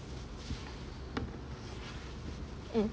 mm